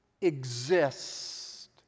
exist